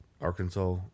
Arkansas